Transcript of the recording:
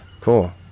Cool